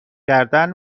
کردن